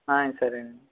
సరేనండి